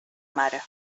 mare